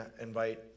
invite